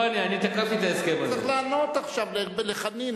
הוא צריך לענות עכשיו לחנין,